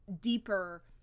deeper